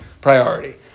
priority